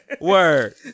Word